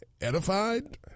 edified